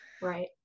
Right